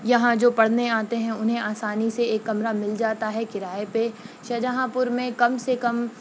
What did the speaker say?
یہاں جو پڑھنے آتے ہیں انہیں آسانی سے ایک کمرہ مل جاتا ہے کرایے پہ شاہجہاں پور میں کم سے کم